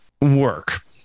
work